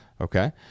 Okay